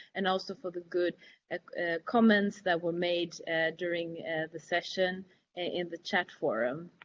and also for the good comments that were made during the session in the chat forum.